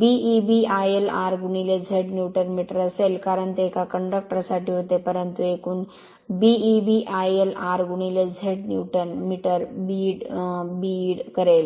bEb IL r Z newton metre असेल कारण ते एका कंडक्टर साठी होते परंतु एकूण bEb IL r Z newton metre बीईड करेल